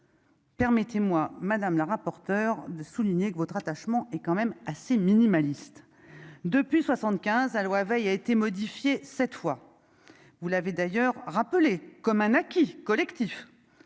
Permettez-moi madame la rapporteure de souligner que votre attachement est quand même assez minimaliste depuis 75 à loi Veil a été modifié, cette fois, vous l'avez d'ailleurs rappelé comme un acquis collectifs,